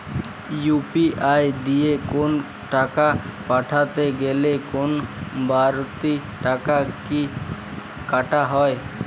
UPI দিয়ে কোন টাকা পাঠাতে গেলে কোন বারতি টাকা কি কাটা হয়?